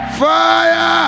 fire